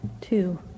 Two